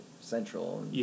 central